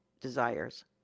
desires